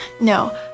No